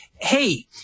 hey